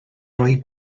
roi